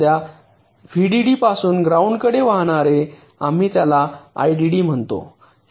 सध्या व्हीडीडीपासून ग्राउंडकडे वाहणारे आम्ही त्याला आयडीडी म्हणतो